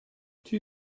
two